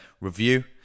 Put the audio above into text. review